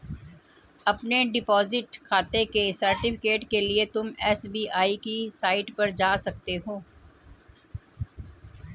अपने डिपॉजिट खाते के सर्टिफिकेट के लिए तुम एस.बी.आई की साईट पर जा सकते हो